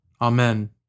Amen